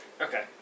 Okay